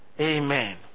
Amen